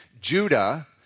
Judah